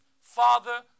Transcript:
Father